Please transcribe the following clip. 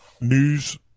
news